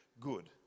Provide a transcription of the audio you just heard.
good